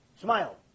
smile